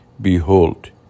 behold